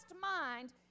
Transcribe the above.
mind